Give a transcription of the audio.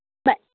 bye